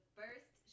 first